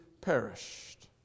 perished